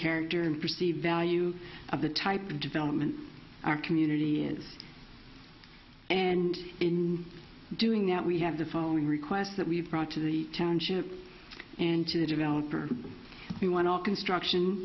character and perceived value of the type of development our community is and in doing that we have the following requests that we've brought to the township and to the developer we want our construction